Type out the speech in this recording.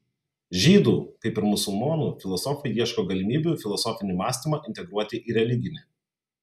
žydų kaip ir musulmonų filosofai ieško galimybių filosofinį mąstymą integruoti į religinį